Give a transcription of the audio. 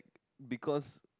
because